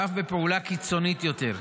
ואף בפעולה קיצונית יותר.